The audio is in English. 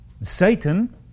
Satan